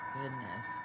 goodness